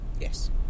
Yes